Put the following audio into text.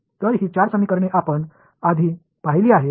तर ही चार समीकरणे आपण आधी पाहिली आहेत